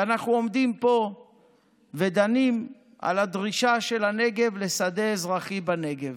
ואנחנו עומדים פה ודנים על הדרישה של הנגב לשדה אזרחי בנגב.